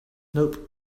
nope